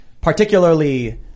particularly